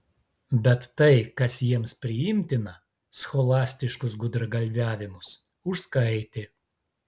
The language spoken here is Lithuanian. bet tai kas jiems priimtina scholastiškus gudragalviavimus užskaitė